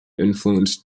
influenced